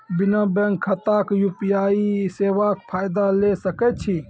बिना बैंक खाताक यु.पी.आई सेवाक फायदा ले सकै छी?